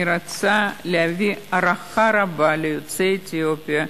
אני רוצה להביע הערכה רבה ליוצאי אתיופיה,